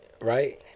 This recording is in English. right